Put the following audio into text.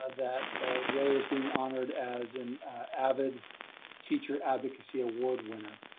ah that rea is being honored as an avid teacher advocacy award winner.